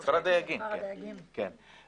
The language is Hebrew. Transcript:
כפר הדייגים, כן.